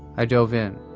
i dove in